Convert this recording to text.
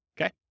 Okay